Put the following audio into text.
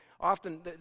Often